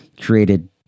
created